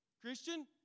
Christian